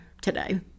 today